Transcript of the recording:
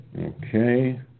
Okay